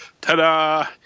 ta-da